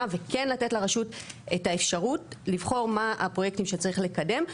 וכן לתת לרשות את האפשרות לבחור מה הפרויקטים שצריך לקדם,